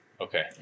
okay